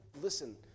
listen